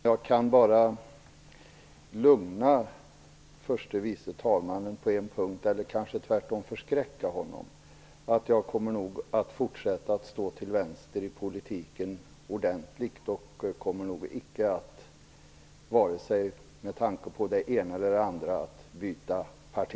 Fru talman! Jag kan lugna förste vice talmannen på en punkt, eller kanske tvärtom förskräcka honom. Jag kommer att fortsätta att stå ordentligt till vänster i politiken, och kommer nog icke, vare sig med tanke på det ena eller andra, att byta parti.